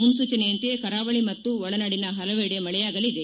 ಮುನ್ಲೂಚನೆಯಂತೆ ಕರಾವಳಿ ಮತ್ತು ಒಳನಾಡಿನ ಹಲವೆಡೆ ಮಳೆಯಾಗಲಿದೆ